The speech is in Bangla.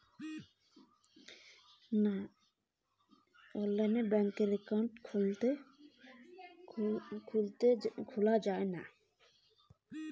আমি কি অনলাইনে ব্যাংক একাউন্ট খুলতে পারি?